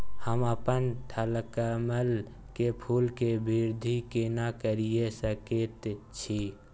हम अपन थलकमल के फूल के वृद्धि केना करिये सकेत छी?